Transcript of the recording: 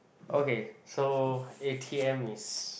okay so a_t_m is